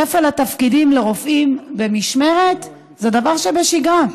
כפל התפקידים לרופאים במשמרת זה דבר שבשגרה.